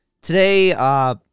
today